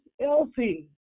Elsie